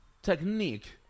Technique